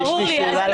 לכן